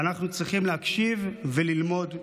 ואנחנו צריכים להקשיב וללמוד מהם.